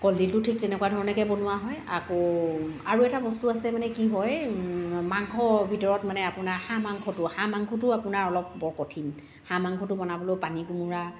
কলদিলটোও ঠিক তেনেকুৱা ধৰণকৈ বনোৱা হয় আকৌ আৰু এটা বস্তু আছে মানে কি হয় মাংস ভিতৰত মানে আপোনাৰ হাঁহ মাংসটো হাঁহ মাংসটোও আপোনাৰ অলপ বৰ কঠিন হাঁহ মাংসটোও বনাবলৈও পানী কোমোৰা